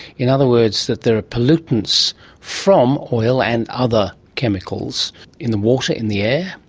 in other words, that there are pollutants from oil and other chemicals in the water, in the air,